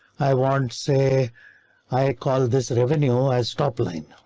i want say i call this revenue as top line.